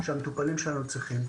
שהמטופלים שלנו צריכים.